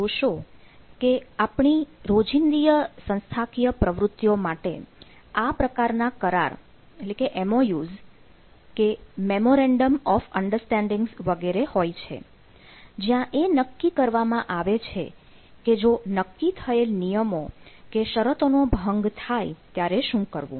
તમે જોશો કે આપણી રોજિંદી સંસ્થાકિય પ્રવૃત્તિઓ માટે આ પ્રકારના કરાર MoUs વગેરે હોય છે જ્યાં એ નક્કી કરવામાં આવે છે કે જો નક્કી થયેલ નિયમો કે શરતોનો ભંગ થાય ત્યારે શું કરવું